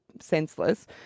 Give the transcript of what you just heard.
senseless